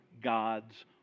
God's